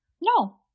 no